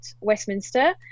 Westminster